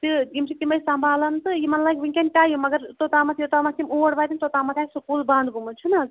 تہٕ یِم چھِ تِمَے سنٛبالان تہٕ یِمَن لَگہِ وٕنۍکٮ۪ن ٹایِم مگر توٚتامَتھ یوٚتامَتھ تِم اور واتن توٚتامَتھ آسہِ سُہ پُل بنٛد گوٚمُت چھُنا